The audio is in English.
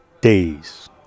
days